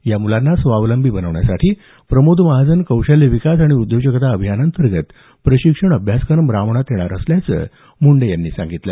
या मुलांना स्वावलंबी बनवण्यासाठी प्रमोद महाजन कौशल्य विकास आणि उद्योजकता अभियानांतर्गत प्रशिक्षण अभ्यासक्रम राबवण्यात येणार असल्याचं मुंडे यांनी सांगितलं